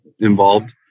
Involved